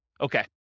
Okay